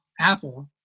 Apple